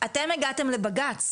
אתם הגעתם לבג"ץ.